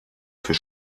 für